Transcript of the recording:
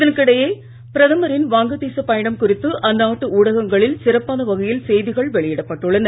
இதற்கிடையே பிரதமாின் வங்க தேச பயணம் குறித்து அந்நாட்டு ஊடகங்களில் சிறப்பான வகையில் செய்திகள் வெளியிடப்பட்டுள்ளன